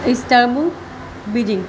Istanbul Beijing